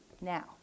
Now